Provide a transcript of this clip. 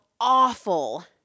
awful